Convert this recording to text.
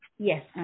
Yes